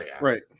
Right